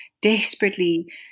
desperately